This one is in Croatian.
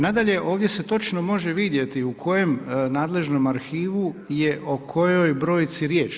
Nadalje, ovdje se točno može vidjeti u kojem nadležnom arhivu je o kojoj brojci riječ.